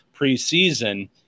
preseason